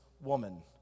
woman